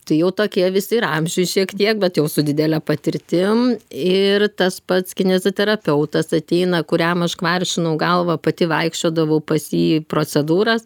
tai jau tokie visi ir amžiuj šiek tiek bet jau su didele patirtim ir tas pats kineziterapeutas ateina kuriam aš kvaršinau galvą pati vaikščiodavau pas jį į procedūras